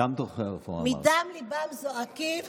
מדם ליבם הם זועקים